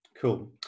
Cool